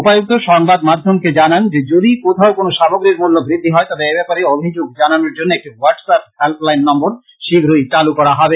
উপায়ুক্ত সংবাদ মাধ্যমকে জানান যে যদি কোথাও কোন সামগ্রীর মূল্য বৃদ্ধি হয় তবে এব্যাপারে অভিযোগ জানানোর জন্য একটি WhatsApp helpline number শীঘ্রই চালু করা হবে